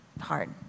hard